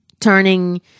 turning